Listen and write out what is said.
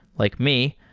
like me,